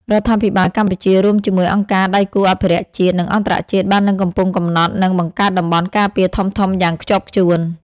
រដ្ឋាភិបាលកម្ពុជា រួមជាមួយអង្គការដៃគូអភិរក្សជាតិ និងអន្តរជាតិ បាននិងកំពុងកំណត់ និង បង្កើតតំបន់ការពារធំៗ យ៉ាងខ្ជាប់ខ្ជួន។